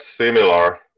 similar